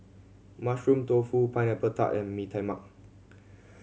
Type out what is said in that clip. Mushroom Tofu Pineapple Tart and Mee Tai Mak